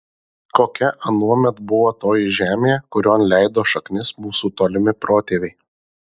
kokia anuomet buvo toji žemė kurion leido šaknis mūsų tolimi protėviai